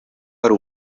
hari